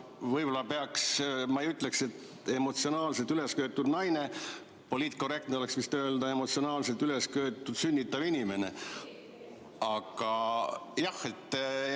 võib-olla ma ei ütleks, et emotsionaalselt ülesköetud naine – poliitkorrektne oleks vist öelda "emotsionaalselt ülesköetud sünnitav inimene" – aga jah, toetan